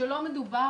שלא מדובר